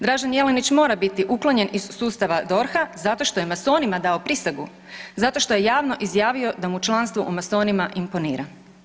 Dražen Jelenić mora biti uklonjen iz sustava DORH-a zato što je masonima dao prisegu, zato što je javno izjavio da mu članstvo u masonima imponira.